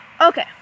Okay